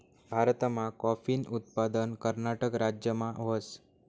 भारतमा काॅफीनं उत्पादन कर्नाटक राज्यमा व्हस